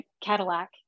Cadillac